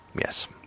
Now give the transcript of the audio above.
Yes